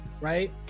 right